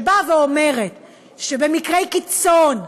שלפיה במקרי קיצון,